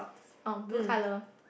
oh blue colour